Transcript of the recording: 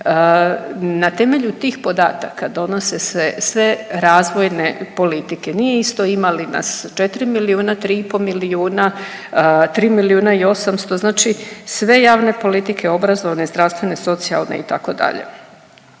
Na temelju tih podataka donose se sve razvojne politike, nije isto ima li nas 4 milijuna, 3 i po milijuna, 3 milijuna i 800, znači sve javne politike obrazovne, zdravstvene, socijalne itd..